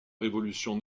révolution